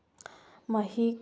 ꯃꯍꯤꯛ